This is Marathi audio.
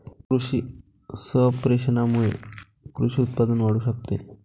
कृषी संप्रेषणामुळे कृषी उत्पादन वाढू शकते